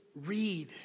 read